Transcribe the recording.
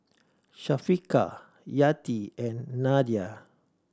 Syafiqah Yati and Nadia